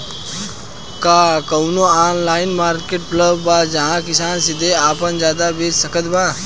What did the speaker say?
का कउनों online marketplace बा जहां किसान सीधे आपन उत्पाद बेच सकत बा?